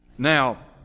Now